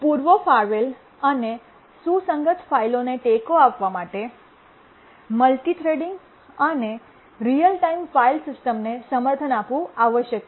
પૂર્વ ફાળવેલ અને સુસંગત ફાઇલો ને ટેકો આપવા માટે મલ્ટિ થ્રેડીંગ અને રીઅલ ટાઇમ ફાઇલ સિસ્ટમને સમર્થન આપવું આવશ્યક છે